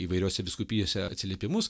įvairiose vyskupijose atsiliepimus